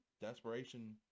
desperation